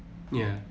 ya